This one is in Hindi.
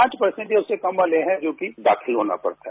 पांच परसेन्ट या उससे कम याले हैं जोकि दाखिल होना पड़ता है